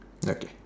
okay